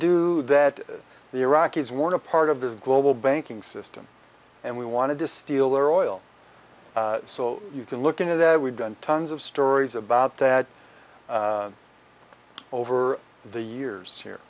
do that the iraqis want a part of the global banking system and we wanted to steal their oil so you can look into that we've done tons of stories about that over the years here